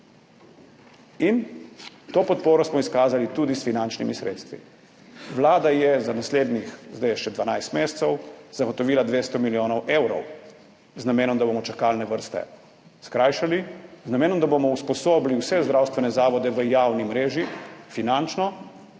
in to podporo smo izkazali tudi s finančnimi sredstvi. Vlada je za naslednjih, zdaj je še dvanajst mesecev, zagotovila 200 milijonov evrov, z namenom, da bomo čakalne vrste skrajšali, z namenom, da bomo usposobili vse zdravstvene zavode v javni mreži finančno,